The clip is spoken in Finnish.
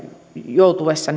joutuessa